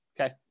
okay